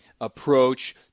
approach